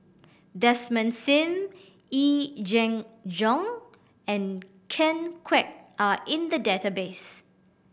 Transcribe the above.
Desmond Sim Yee Jenn Jong and Ken Kwek are in the database